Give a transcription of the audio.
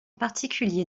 particulier